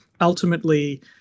ultimately